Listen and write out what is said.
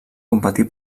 competir